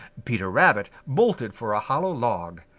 peter rabbit bolted for a hollow log.